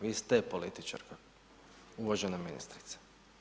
Vi ste političar, uvažena ministrice.